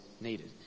needed